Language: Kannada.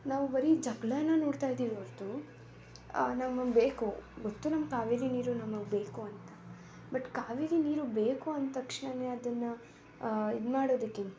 ನಾವು ಬರೀ ಜಗಳಾನ ನೋಡ್ತಾ ಇದೀವಿ ಹೊರ್ತು ನಮಗೆ ಬೇಕು ಗೊತ್ತು ನಮ್ಮ ಕಾವೇರಿ ನೀರು ನಮಗೆ ಬೇಕು ಅಂತ ಬಟ್ ಕಾವೇರಿ ನೀರು ಬೇಕು ಅಂದ ತಕ್ಷಣವೇ ಅದನ್ನು ಇದು ಮಾಡೋದಕ್ಕಿಂತ